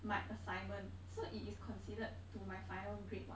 my assignment so it is considered to my final grade [what]